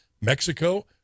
Mexico